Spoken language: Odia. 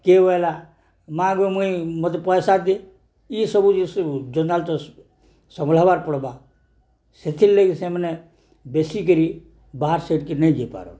କିଏ ବା ହେଲା ମାଆଙ୍କୁ ମୁଇଁ ମୋତେ ପଇସା ଦେ ଇସବୁ ଜିନିଷ ଜଞ୍ଜାଳ ତ ସବଳବାର ପଡ଼୍ବା ସେଥିର୍ ଲଗି ସେମାନେ ବେଶୀକରି ବାହାର ସେତିକି ନେଇ ଯେଇପାର